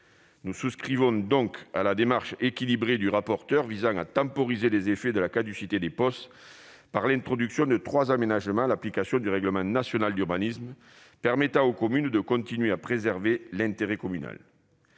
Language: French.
Nous souscrivons donc à la démarche équilibrée du rapporteur, qui vise à temporiser les effets de la caducité des POS par l'introduction de trois aménagements à l'application du RNU permettant aux communes de continuer à préserver l'intérêt communal.